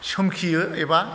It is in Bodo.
सोमखेयो एबा